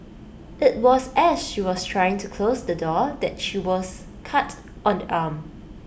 IT was as she was trying to close the door that she was cut on the arm